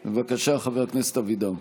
בבקשה, חבר הכנסת אלי אבידר.